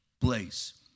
place